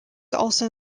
also